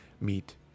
meet